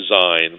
design